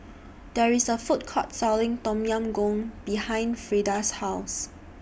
There IS A Food Court Selling Tom Yam Goong behind Freeda's House